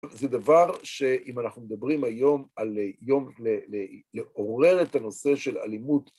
זה דבר שאם אנחנו מדברים היום, לעורר את הנושא של אלימות